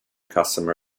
customer